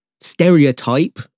stereotype